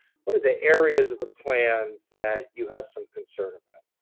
what are the areas of the plan that you have some concern about?